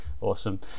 Awesome